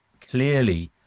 clearly